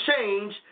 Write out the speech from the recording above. change